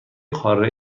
قاره